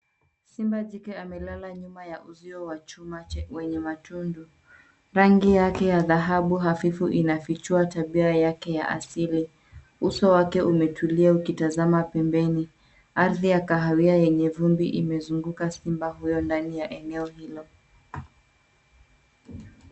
Simba jike amelala nyuma ya uzio wa chuma wenye matundu. Rangi yake ya dhahabu hafifu inafichua tabia yake ya asili. Uso wake umetulia ukitazama pembeni. Ardhi ya kahawia yenye vumbi imezunguka simba huyo ndani ya eneo hilo.